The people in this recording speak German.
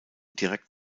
direkt